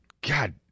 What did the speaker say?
God